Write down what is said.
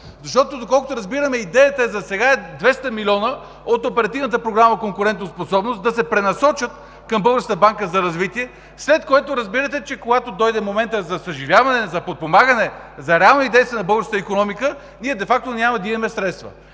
Защото, доколкото разбираме, идеята засега е 200 милиона от Оперативна програма „Конкурентоспособност“ да се пренасочат към Българската банка за развитие, след което разбирате, че когато дойде моментът за съживяване, за подпомагане, за реални действия на българската икономика, ние де факто няма да имаме средства.